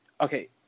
okay